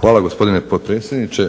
Hvala, gospodine potpredsjedniče.